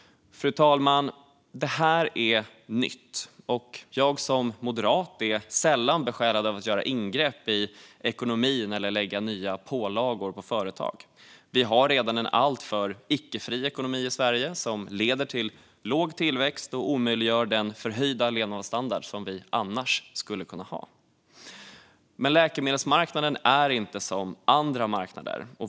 Fru talman! Det här är nytt. Jag som moderat är sällan besjälad av att göra ingrepp i ekonomin eller lägga nya pålagor på företag. Vi har redan en alltför icke-fri ekonomi i Sverige, som leder till låg tillväxt och omöjliggör den förhöjda levnadsstandard som vi annars skulle kunna ha. Läkemedelsmarknaden är dock inte som andra marknader.